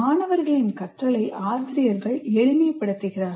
மாணவர்களின் கற்றலை ஆசிரியர்கள் எளிமை படுத்துகிறார்கள்